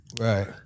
Right